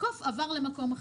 הקוף עבר למקום אחר.